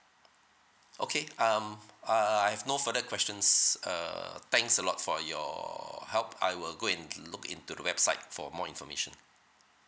okay um uh I've no further questions err thanks a lot for your help I will go and look into the website for more information